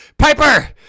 Piper